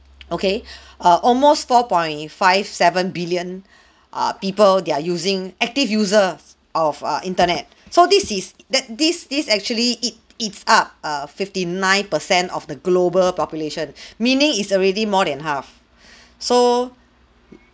okay uh almost four point five seven billion err people they're using active users of err internet so this is that this this actually it it's up err fifty nine percent of the global population meaning is already more than half so w~